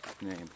name